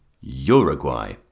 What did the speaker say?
Uruguay